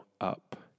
up